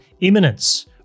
imminence